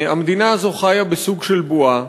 המדינה הזו חיה בסוג של בועה,